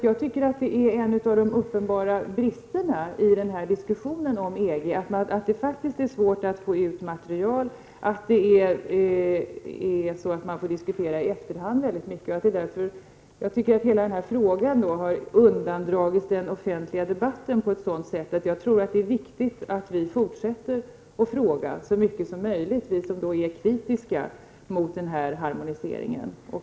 Jag tycker nämligen att en av de uppenbara bristerna i diskussionen om EG är att det är svårt att få ut material och att man får diskutera mycket i efterhand. Hela denna fråga har undandragits den offentliga debatten på ett sådant sätt att jag tror att det är viktigt att vi fortsätter att fråga så mycket som möjligt, vi som är kritiska till denna harmonisering.